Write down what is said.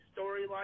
storyline